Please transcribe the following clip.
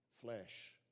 flesh